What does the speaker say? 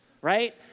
right